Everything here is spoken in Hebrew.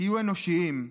תהיו אנושיים,